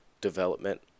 development